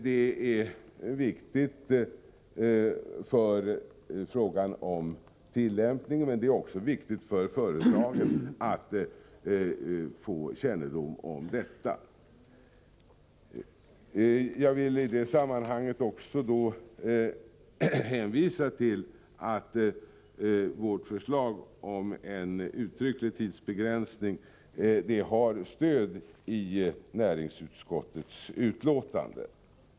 Det är betydelsefullt för tillämpningen, men det är också väsentligt för företagen att de får kännedom om detta. Jag vill i det sammanhanget hänvisa till att vårt förslag om en uttrycklig tidsbegränsning har stöd i näringsutskottets yttrande.